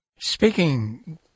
Speaking